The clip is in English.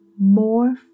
more